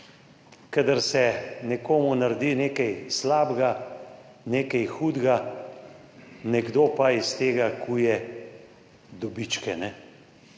kadar se nekomu naredi nekaj slabega, nekaj hudega, nekdo pa iz tega kuje dobičke,